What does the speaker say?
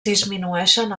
disminueixen